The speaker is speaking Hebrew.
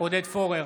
עודד פורר,